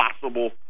possible